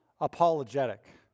apologetic